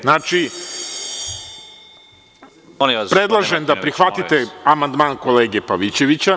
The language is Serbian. Znači, predlažem da prihvatite amandman kolege Pavićevića.